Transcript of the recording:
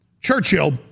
Churchill